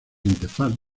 interfaz